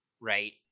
right